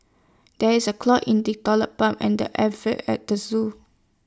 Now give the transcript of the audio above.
there is A clog in the Toilet Pipe and the air Vents at the Zoo